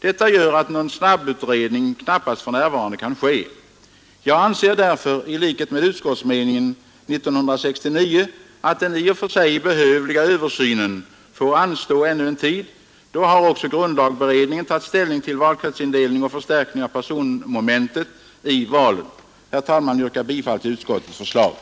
Detta gör att en snabbutredning knappast kan ske för närvarande. Jag anser därför i likhet med utskottsmeningen 1969, att den i och för sig behövliga översynen bör anstå ännu en tid. Då har också grundlagberedningen tagit ställning till valkretsindelningsfrågan och förstärkningen av personmomentet i valet. Herr talman! Jag yrkar bifall till utskottets hemställan.